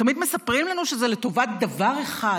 תמיד מספרים לנו שזה לטובת דבר אחד,